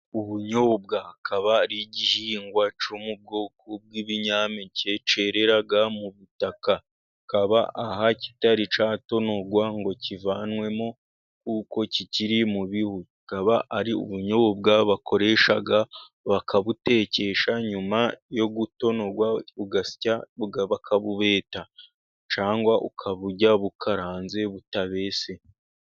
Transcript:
Ubunyobwa akaba ari igihingwa cyo mu bwoko bw'ibinyampeke cyerera mu butaka, akaba aha kitari cyatonorwa ngo kivanwemo, kuko kikiri mu bihu. Akaba ari ubunyobwa bakoresha, bakabutekesha, nyuma yo gutonorwa, ugasya, bakabubeta cyangwa ukaburya bukaranze butabese.